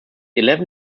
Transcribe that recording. eleven